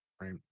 right